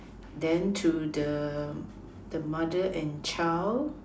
then to the the mother and child